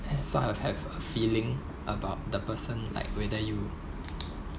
sort of have a feeling about the person like whether you